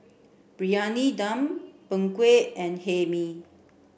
briyani dum png kueh and hae mee